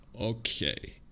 Okay